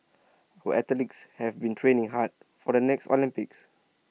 we athletes have been training hard for the next Olympics